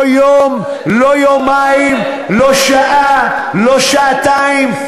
לא יום, לא יומיים, לא שעה, לא שעתיים.